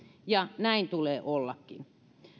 ja näin tulee ollakin